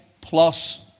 plus